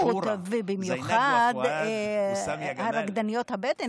ובמיוחד ברקדניות הבטן,